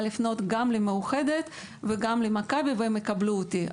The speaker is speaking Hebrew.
לפנות גם למאוחדת וגם למכבי והם יקבלו אותי.